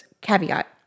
caveat